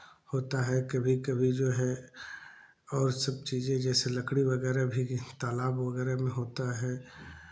होता है कभी कभी जो है और सब चीज़ें जैसे लकड़ी वगैरह भी तालाब वगैरह में होता है